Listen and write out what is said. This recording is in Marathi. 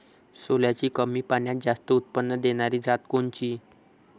सोल्याची कमी पान्यात जास्त उत्पन्न देनारी जात कोनची?